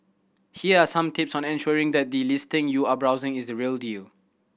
here are some tips on ensuring that the listing you are browsing is the real deal